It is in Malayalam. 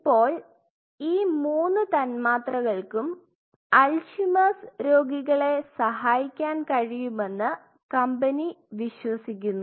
ഇപ്പോൾ ഈ 3 തന്മാത്രകൾക്കും അൽഷിമേഴ്സ്Alzheimer's രോഗികളെ സഹായിക്കൻ കഴിയുമെന്ന് കമ്പനി വിശ്വസിക്കുന്നു